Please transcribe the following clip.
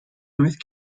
north